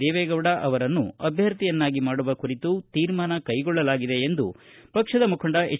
ದೇವೆಗೌಡ ಅವರನ್ನು ಅಭ್ಬರ್ಥಿಯನ್ನಾಗಿ ಮಾಡುವ ಕುರಿತು ತೀರ್ಮಾನ ಕೈಗೊಳ್ಳಲಾಗಿದೆ ಎಂದು ಮುಖಂಡ ಎಚ್